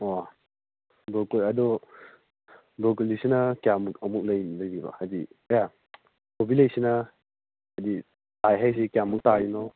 ꯑꯣ ꯕ꯭ꯔꯣꯀꯣꯂꯤ ꯑꯗꯣ ꯕ꯭ꯔꯣꯀꯣꯂꯤꯁꯤꯅ ꯀꯌꯥꯃꯨꯛ ꯑꯃꯨꯛ ꯂꯩꯕꯤꯕ꯭ꯔꯥ ꯍꯥꯏꯗꯤ ꯀꯌꯥ ꯀꯣꯕꯤꯂꯩꯁꯤꯅ ꯍꯥꯏꯗꯤ ꯇꯥꯏ ꯍꯥꯏꯁꯦ ꯀꯌꯥꯃꯨꯛ ꯇꯔꯤꯅꯣ